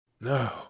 No